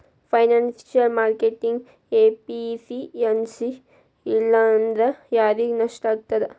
Financial marketing efficiency ಇಲ್ಲಾಂದ್ರ ಯಾರಿಗ್ ನಷ್ಟಾಗ್ತದ?